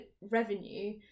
revenue